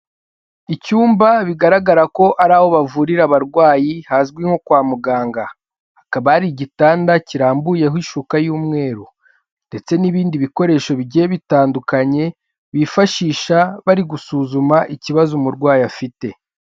Icyumba bigaragara ko ari aho bavurira abarwayi hazwi nko kwa muganga hakaba ari igitanda kirambuyeho ishuka y'umweru ndetse n'ibindi bikoresho bigiye bitandukanye bifashisha bari gusuzuma ikibazo umurwayi afite.